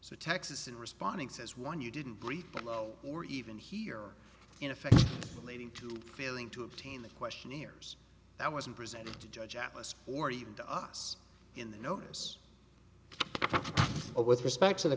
so texas in responding says one you didn't brief low or even here in effect leading to failing to obtain the questionnaires that wasn't presented to judge atlas or even to us in the notice with respect to the